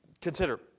consider